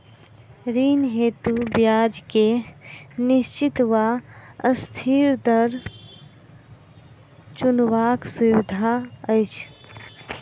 ऋण हेतु ब्याज केँ निश्चित वा अस्थिर दर चुनबाक सुविधा अछि